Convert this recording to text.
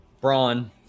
Braun